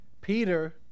Peter